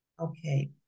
Okay